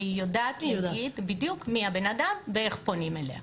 והיא יודעת להגיד בדיוק מי הבן-אדם ואיך פונים אליה.